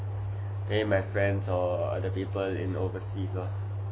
then if my friends or other people in overseas lor